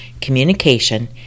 communication